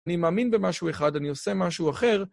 אני מאמין במשהו אחד, אני עושה משהו אחר.